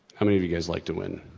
how many of you guys like to win?